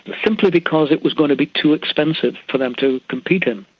simply because it was going to be too expensive for them to compete in.